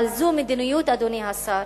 אבל זו מדיניות, אדוני השר,